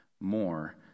more